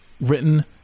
written